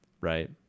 right